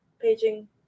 paging